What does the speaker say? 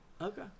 okay